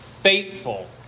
faithful